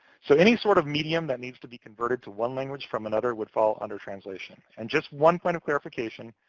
so any sort of medium that needs to be converted to one language from another would fall under translation. and just one point of clarification,